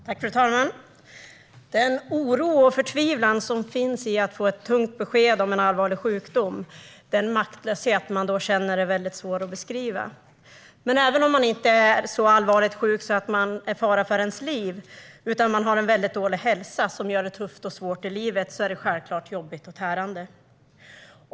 Fru talman! Den oro och förtvivlan som finns i att få ett tungt besked om att man har en allvarlig sjukdom och den maktlöshet man då känner är väldigt svår att beskriva. Men även om man inte är så allvarligt sjuk att det är fara för ens liv utan man bara har en väldigt dålig hälsa som gör det tufft för en i livet är det självklart jobbigt och tärande.